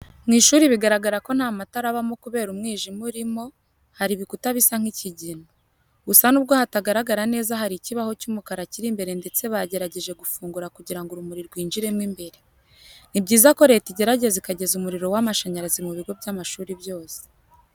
Mu ishuri bigaragara ko nta matara abamo kubera umwijima urimo, hari ibikuta bisa nk'ikigina. Gusa nubwo hatagaragara neza hari ikibaho cy'umukara kiri imbere ndetse bagerageje gufungura kugira ngo urumuri rwinjiremo imbere. Ni byiza ko Leta igerageza ikageza umuriro w'amashanyarazi mu bigo by'amashuri byose.